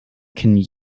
can